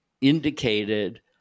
indicated